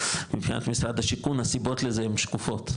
מבחינת משרד השיכון הסיבות לזה הם שקופות,